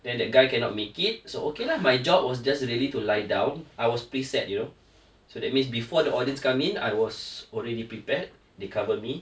then that guy cannot make it so okay lah my job was just really to lie down I was preset you know so that means before the audience come in I was already prepared the covered me